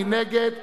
מי נגד?